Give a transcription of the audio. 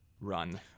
run